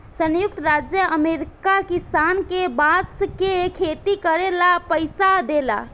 संयुक्त राज्य अमेरिका किसान के बांस के खेती करे ला पइसा देला